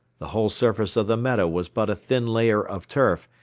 the whole surface of the meadow was but a thin layer of turf,